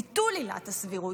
ביטול עילת הסבירות,